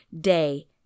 day